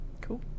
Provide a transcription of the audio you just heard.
cool